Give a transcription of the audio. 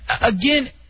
again